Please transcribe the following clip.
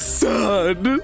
sad